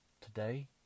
today